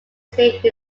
state